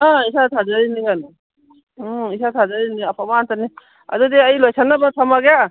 ꯑꯥ ꯏꯁꯥꯅ ꯊꯥꯖꯔꯤꯅꯤ ꯀꯩꯅꯣ ꯎꯝ ꯏꯁꯥꯅ ꯊꯥꯖꯔꯤꯅꯤ ꯑꯐꯕ ꯉꯥꯛꯇꯅꯤ ꯑꯗꯨꯗꯤ ꯑꯩ ꯂꯣꯏꯁꯟꯅꯕ ꯊꯝꯃꯒꯦ